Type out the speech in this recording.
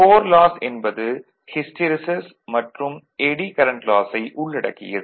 core loss என்பது hysteresis மற்றும் eddy current losses ஐ உள்ளடக்கியது